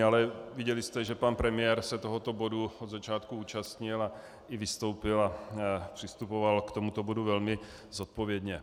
Ale viděli jste, že se pan premiér tohoto bodu na začátku účastnil a i vystoupil a přistupoval k tomuto bodu velmi zodpovědně.